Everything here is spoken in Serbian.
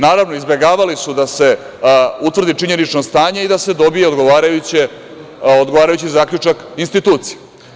Naravno, izbegavali su da se utvrdi činjenično stanje i da se dobije odgovarajući zaključak institucije.